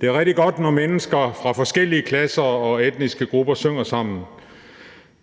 Det er rigtig godt, når mennesker fra forskellige klasser og etniske grupper synger sammen.